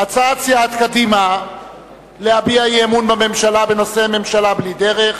הצעת סיעת קדימה להביע אי-אמון בממשלה בנושא: ממשלה בלי דרך,